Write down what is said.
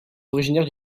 originaires